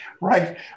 right